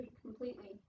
completely